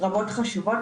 רבות וחשובות,